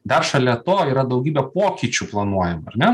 dar šalia to yra daugybę pokyčių planuojama ar ne